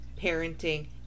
parenting